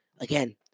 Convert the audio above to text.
again